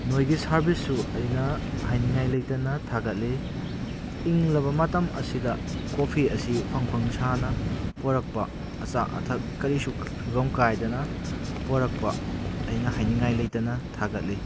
ꯅꯣꯏꯒꯤ ꯁꯥꯔꯚꯤꯁꯁꯨ ꯑꯩꯅ ꯍꯥꯏꯅꯤꯡꯉꯥꯏ ꯂꯩꯇꯅ ꯊꯥꯒꯠꯂꯤ ꯏꯪꯂꯕ ꯃꯇꯝ ꯑꯁꯤꯗ ꯀꯣꯐꯤ ꯑꯁꯤ ꯐꯣꯡ ꯐꯣꯡ ꯁꯥꯅ ꯄꯣꯔꯛꯄ ꯑꯆꯥ ꯑꯊꯛ ꯀꯔꯤꯁꯨ ꯐꯤꯕꯝ ꯀꯥꯏꯗꯅ ꯄꯣꯔꯛꯄ ꯑꯩꯅ ꯍꯥꯏꯅꯤꯡꯉꯥꯏ ꯂꯩꯇꯅ ꯊꯥꯒꯠꯂꯤ